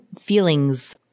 feelings